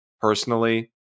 personally